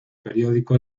periódico